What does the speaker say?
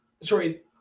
sorry